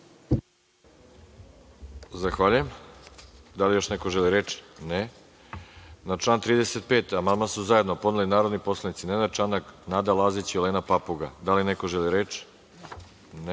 Zahvaljujem. Da li još neko želi reč? Na član 35. amandman su zajedno podneli narodni poslanici Nenad Čanak, Nada Lazić i Olena Papuga. Da li neko želi reč? Na